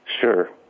Sure